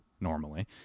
normally